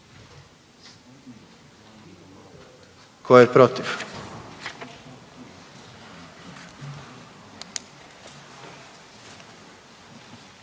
tko je protiv?